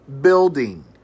building